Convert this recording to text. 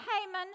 Haman